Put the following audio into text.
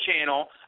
channel